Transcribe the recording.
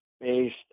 based